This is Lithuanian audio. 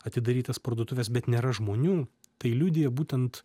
atidarytas parduotuves bet nėra žmonių tai liudija būtent